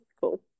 Cool